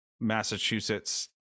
Massachusetts